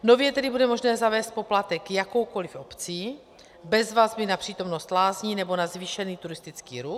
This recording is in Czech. Nově tedy bude možné zavést poplatek jakoukoli obcí bez vazby na přítomnost lázní nebo na zvýšený turistický ruch.